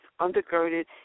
undergirded